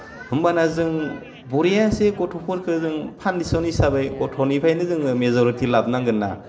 होमबाना जों बरियासै गथ'फोरखौ जों फान्निसन हिसाबै गथ'निफायनो जोङो मेज'रिथि लाबो नांगोन्ना